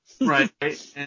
right